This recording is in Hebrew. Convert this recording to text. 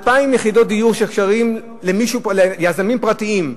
2,000 יחידות דיור שייכות ליזמים פרטיים,